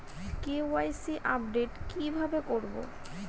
KYC update কি ভাবে করবো?